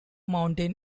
mountain